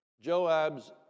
Joab's